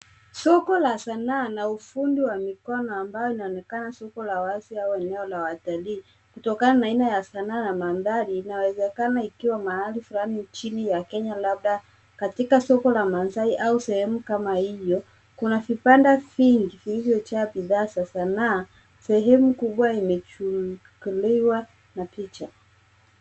Soko la sanaa na ufundi wa mikono ambayo inaonekana soko la wazi au eneo la watalii. Kutokana na aina ya sanaa na mandhari inawezekana ikiwa mahali flani chini ya Kenya labda katika soko la Maasai au sehemu kama hiyo. Kuna vibanda vingi vilivyojaa bidhaa za sanaa. Sehemu kubwa imechukuliwa na picha.